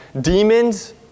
demons